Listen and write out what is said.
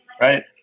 right